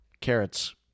carrots